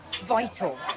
vital